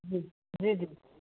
जी जी जी